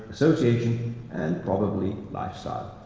association, and probably lifestyle.